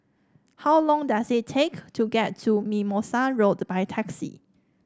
how long does it take to get to Mimosa Road by taxi